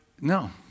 no